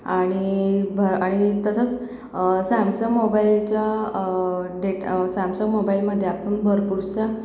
आणि भर आणि तसंच सॅमसंग मोबाईलच्या टेक सॅमसंग मोबाईलमध्ये आपण भरपूरसा